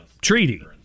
treaty